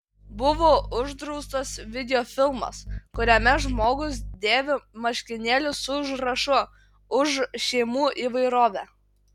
buvo uždraustas videofilmas kuriame žmogus dėvi marškinėlius su užrašu už šeimų įvairovę